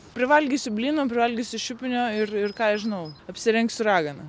privalgysiu blynų privalgysiu šiupinio ir ir ką aš žinau apsirengsiu ragana